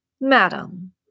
Madam